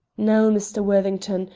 now, mr. worthington,